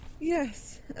Yes